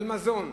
על מזון.